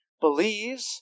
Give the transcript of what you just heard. believes